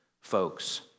folks